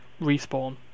Respawn